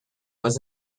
was